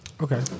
Okay